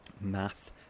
math